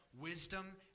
Wisdom